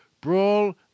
brawl